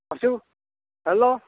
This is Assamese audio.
আছোঁ হেল্ল'